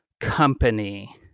company